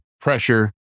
pressure